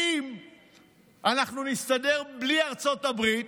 אם אנחנו נסתדר בלי ארצות הברית,